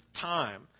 time